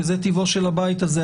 כי זה טבעו של הבית הזה,